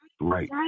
right